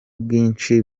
bwinshi